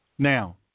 Now